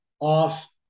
off